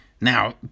Now